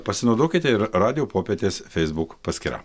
pasinaudokite ir radijo popietės facebook paskyra